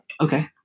Okay